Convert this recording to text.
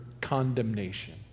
condemnation